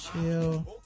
Chill